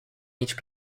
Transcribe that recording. each